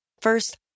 First